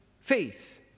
Faith